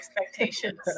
expectations